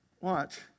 Watch